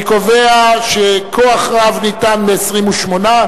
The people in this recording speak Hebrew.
אני קובע שכוח רב ניתן ב-28,